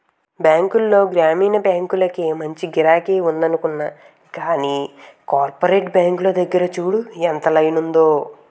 బాంకుల్లో గ్రామీణ బాంకులకే మంచి గిరాకి ఉందనుకున్నా గానీ, కోపరేటివ్ బాంకుల దగ్గర చూడు ఎంత లైనుందో?